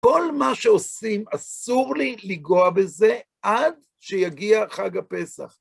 כל מה שעושים אסור לי ליגוע בזה עד שיגיע חג הפסח.